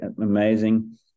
Amazing